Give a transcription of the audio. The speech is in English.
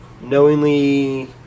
knowingly